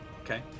Okay